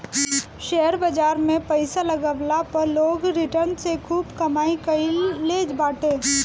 share बाजार में पईसा लगवला पअ लोग रिटर्न से खूब कमाई कईले बाटे